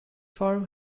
farm